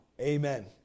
Amen